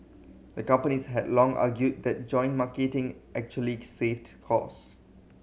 the companies had long argued that joint marketing actually saved cost